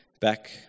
back